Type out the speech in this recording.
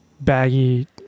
baggy